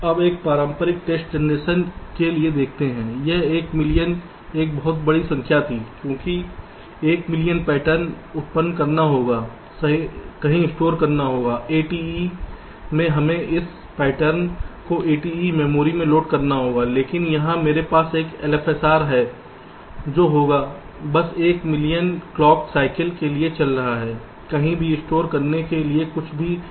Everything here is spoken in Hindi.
आप एक पारंपरिक टेस्ट जनरेशन के लिए देखते हैं यह 1 मिलियन एक बहुत बड़ी संख्या थी क्योंकि 1 मिलियन पैटर्न उत्पन्न करना होगा कहीं स्टोर करना होगा ATE में हमें इस पैटर्न को ATE मेमोरी में लोड करना होगा लेकिन यहां मेरे पास एक LFSR है जो होगा बस 1 मिलियन क्लॉक साइकिल के लिए चल रहा है कहीं भी स्टोर करने के लिए कुछ भी नहीं है